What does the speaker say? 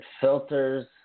filters